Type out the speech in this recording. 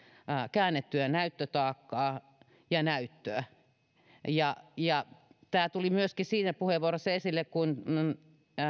käännettyä näyttötaakkaa ja näyttöä tämä tuli myöskin siinä puheenvuorossa esille kun